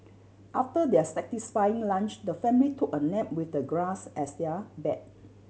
after their satisfying lunch the family took a nap with the grass as their bed